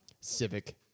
civic